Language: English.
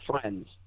friends